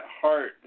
heart